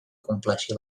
compleixi